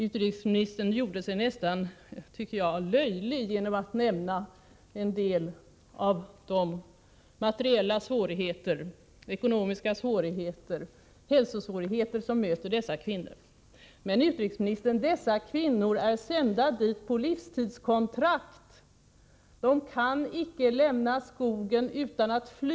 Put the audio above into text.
Utrikesministern gjorde sig, anser jag, nästan löjlig genom att nämna en del av de materiella svårigheter, ekonomiska svårigheter, hälsosvårigheter som möter dessa kvinnor. Men, utrikesministern, de här kvinnorna är sända till denna plats på livstidskontrakt. De kan icke lämna skogen annat än genom att fly.